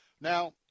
Now